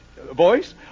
voice